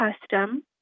custom